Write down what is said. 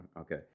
Okay